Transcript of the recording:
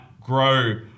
grow